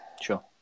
Sure